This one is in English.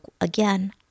again